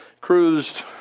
cruised